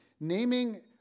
Naming